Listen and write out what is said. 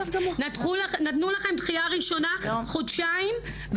נתנו לכם דחיה ראשונה של חודשיים,